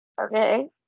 Okay